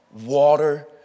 water